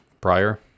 prior